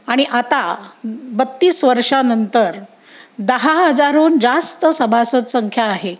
आणि आता बत्तीस वर्षांनंतर दहा हजारहून जास्त सभासद संख्या आहे